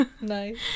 Nice